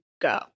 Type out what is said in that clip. go